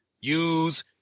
use